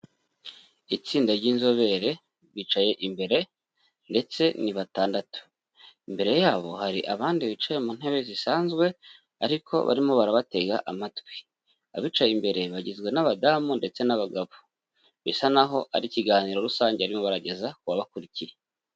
Itsinda ry'inzobere bicaye imbere ndetse ni batandatu, imbere yabo hari abandi bicaye mu ntebe zisanzwe ariko barimo barabatega amatwi, abicaye imbere bagizwe n'abadamu ndetse n'abagabo, bisa n'aho ari ikiganiro rusange barimo barageza kubabakurikiye.